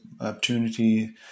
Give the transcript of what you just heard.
opportunity